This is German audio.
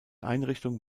einrichtung